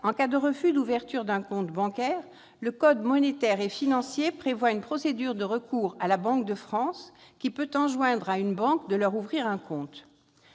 en cas de refus d'ouverture d'un compte bancaire, le code monétaire et financier prévoit une procédure de recours auprès de la Banque de France, qui peut enjoindre à une banque d'ouvrir un compte à